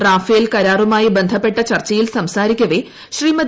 Rafale കരാറുമായി ബന്ധപ്പെട്ട് ചർച്ചയിൽ സംസാരിക്ക്വെ ശ്രീമതി